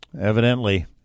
Evidently